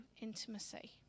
intimacy